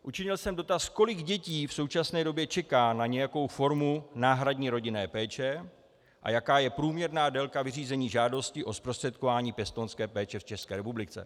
Učinil jsem dotaz, kolik dětí v současné době čeká na nějakou formu náhradní rodinné péče a jaká je průměrná délka vyřízení žádosti o zprostředkování pěstounské péče v České republice.